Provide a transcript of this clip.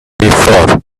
before